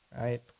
right